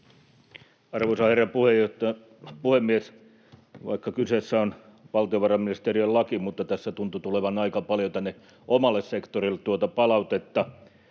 Arvoisa herra puhemies! Vaikka kyseessä on valtiovarainministeriön laki, tässä tuntuu tulevan aika paljon tänne omalle sektorille tuota palautetta.